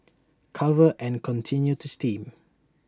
cover and continue to steam